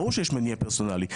ברור שיש מניע פרסונלי.